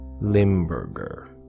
Limburger